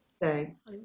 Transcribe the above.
Thanks